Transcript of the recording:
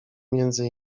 między